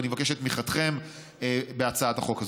אני מבקש את תמיכתכם בהצעת החוק הזו.